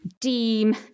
deem